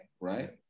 right